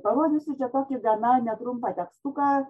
parodysiu čia tokį gana netrumpą tekstuką